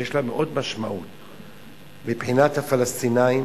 שיש לה משמעות רבה מבחינת הפלסטינים.